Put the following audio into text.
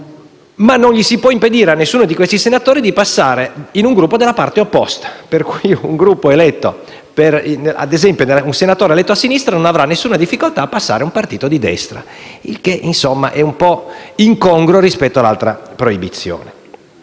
ma non si può impedire a nessuno di questi senatori di passare a un Gruppo della parte opposta. Pertanto, un senatore eletto a sinistra non avrà alcuna difficoltà a passare a un Gruppo di destra, il che - insomma - è un po' incongruo rispetto all'altra proibizione.